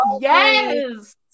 yes